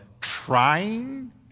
trying